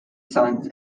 sons